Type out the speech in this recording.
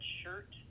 shirt